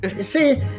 See